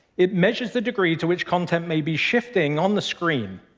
it measures the degree to which content may be shifting on the screen.